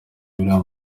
bibiliya